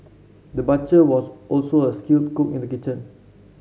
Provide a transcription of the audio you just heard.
the butcher was also a skilled cook in the kitchen